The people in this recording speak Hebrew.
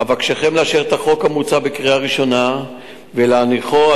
אבקשכם לאשר את החוק המוצע בקריאה ראשונה ולהניחו על